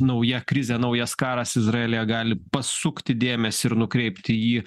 nauja krizė naujas karas izraelyje gali pasukti dėmesį ir nukreipti jį